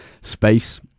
space